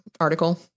article